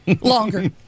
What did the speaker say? Longer